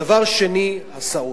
דבר שני, הסעות.